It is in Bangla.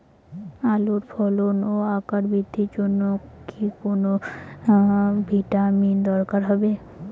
আলুর ফলন ও আকার বৃদ্ধির জন্য কি কোনো ভিটামিন দরকার হবে?